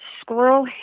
Squirrel